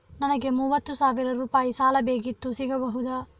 ನನಗೆ ಮೂವತ್ತು ಸಾವಿರ ರೂಪಾಯಿ ಸಾಲ ಬೇಕಿತ್ತು ಸಿಗಬಹುದಾ?